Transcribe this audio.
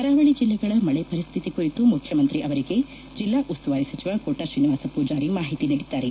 ಕರಾವಳಿ ಜಿಲ್ಲೆಗಳ ಮಳೆ ಪರಿಸ್ತಿತಿ ಕುರಿತು ಮುಖ್ಯಮಂತ್ರಿ ಅವರಿಗೆ ಜಿಲ್ಲಾ ಉಸ್ಸುವಾರಿ ಸಚಿವ ಕೋಟಾ ಶ್ರೀನಿವಾಸ ಮೂಜಾರಿ ಮಾಹಿತಿ ನೀಡಿದ್ದಾರೆ